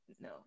No